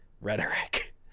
rhetoric